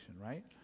right